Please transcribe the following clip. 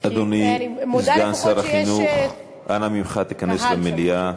אדוני סגן שר החינוך, אנא ממך, היכנס למליאה.